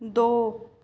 दो